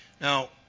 Now